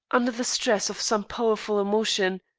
under the stress of some powerful emotion.